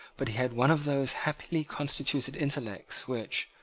but he had one of those happily constituted intellects which,